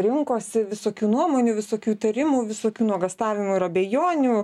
rinkosi visokių nuomonių visokių įtarimų visokių nuogąstavimų ir abejonių